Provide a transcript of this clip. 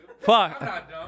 Fuck